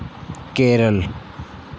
Kerala